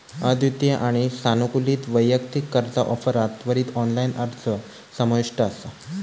अद्वितीय आणि सानुकूलित वैयक्तिक कर्जा ऑफरात त्वरित ऑनलाइन अर्ज समाविष्ट असा